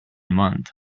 month